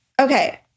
okay